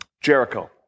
Jericho